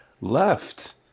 left